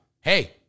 hey